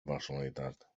personalitat